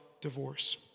divorce